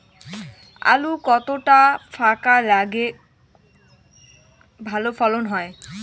আলু কতটা ফাঁকা লাগে ভালো ফলন হয়?